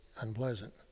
unpleasant